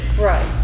Right